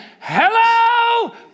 Hello